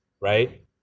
right